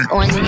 on